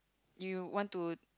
you want to